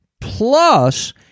Plus